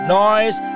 noise